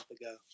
ago